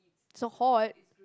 so hot